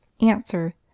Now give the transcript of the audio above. Answer